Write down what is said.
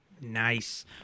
Nice